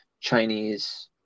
Chinese